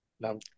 Now